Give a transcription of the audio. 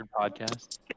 podcast